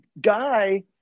guy